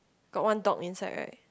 got one dog inside right